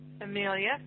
Amelia